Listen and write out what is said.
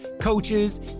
coaches